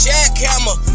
Jackhammer